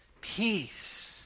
peace